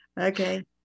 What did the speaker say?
Okay